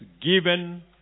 given